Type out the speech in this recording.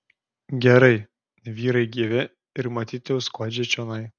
gerai vyrai gyvi ir matyt jau skuodžia čionai